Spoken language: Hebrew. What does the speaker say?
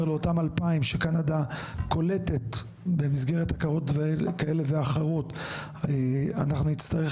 לאותם אלפיים שקנדה קולטת במסגרת הכרות כאלו ואחרות אנחנו נצטרך